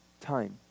time